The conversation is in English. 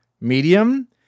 medium